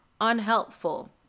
unhelpful